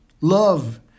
Love